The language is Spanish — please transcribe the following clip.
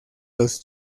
los